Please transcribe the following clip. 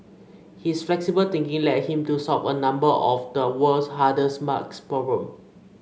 his flexible thinking led him to solve a number of the world's hardest maths problem